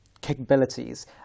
capabilities